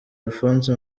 alphonse